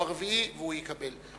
הוא הרביעי והוא יקבל.